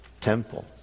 temple